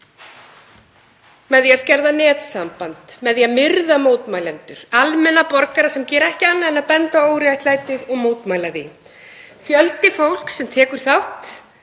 með því að skerða netsamband, með því að myrða mótmælendur, almenna borgara sem gera ekki annað en að benda á óréttlætið og mótmæla því. Fjöldi fólks sem tekur þátt